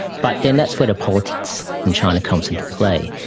but then that's where the politics in china comes into play.